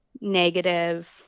negative